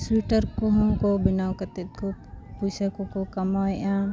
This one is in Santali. ᱥᱩᱭᱮᱴᱟᱨ ᱠᱚᱦᱚᱸ ᱠᱚ ᱵᱮᱱᱟᱣ ᱠᱟᱛᱮᱫ ᱠᱚ ᱯᱚᱭᱥᱟ ᱠᱚᱠᱚ ᱠᱟᱢᱟᱣᱮᱜᱼᱟ